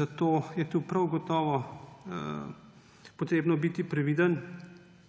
zato je tu prav gotovo treba biti previden,